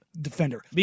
Defender